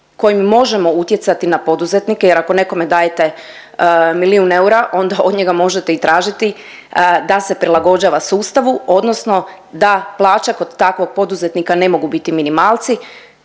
kojim možemo utjecati na poduzetnike jer ako nekome dajete milijun eura, onda od njega možete i tražiti da se prilagođava sustavu, odnosno da plaća kod takvog poduzetnika ne mogu biti minimalci